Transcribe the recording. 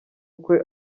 ukwe